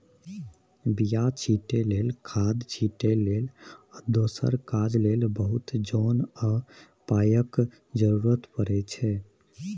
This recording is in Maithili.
बीया छीटै लेल, खाद छिटै लेल आ दोसर काज लेल बहुत जोन आ पाइक जरुरत परै छै